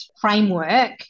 framework